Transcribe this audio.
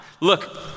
Look